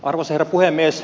arvoisa herra puhemies